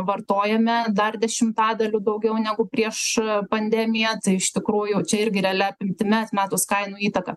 vartojame dar dešimtadaliu daugiau negu prieš pandemiją tai iš tikrųjų čia irgi realia apimtimi atmetus kainų įtaką